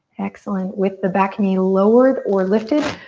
excellent. with the back knee lowered or lifted,